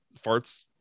farts